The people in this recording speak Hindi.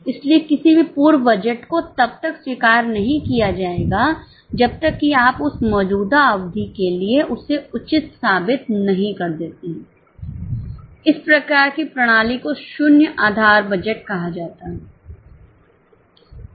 इसलिए किसी भी पूर्व बजट को तब तक स्वीकार नहीं किया जाएगा जब तक कि आप उस मौजूदा अवधि के लिए उसे उचित साबित नहीं कर देते हैं इस प्रकार की प्रणाली को शून्य आधार बजट कहा जाता है